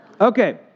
Okay